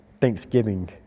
thanksgiving